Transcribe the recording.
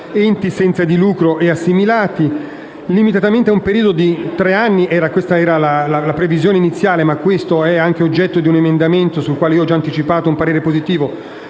enti senza fini di lucro e assimilati, limitatamente ad un periodo di tre anni - questa era la previsione iniziale; ma questo è anche oggetto di un emendamento, sul quale ho già anticipato il mio parere positivo